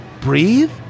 breathe